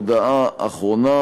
הודעה אחרונה,